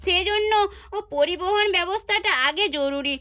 সেজন্য ও পরিবহণ ব্যবস্থাটা আগে জরুরি